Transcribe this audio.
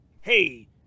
hey